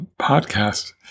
podcast